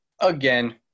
again